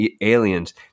aliens